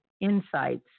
insights